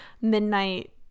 midnight